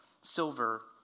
silver